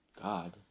God